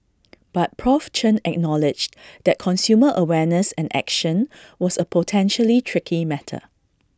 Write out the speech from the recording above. but Prof Chen acknowledged that consumer awareness and action was A potentially tricky matter